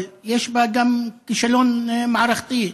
אבל יש בה גם כישלון מערכתי: